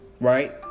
Right